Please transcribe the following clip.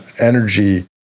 energy